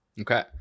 okay